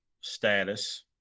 status